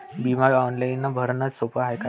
बिमा ऑनलाईन भरनं सोप हाय का?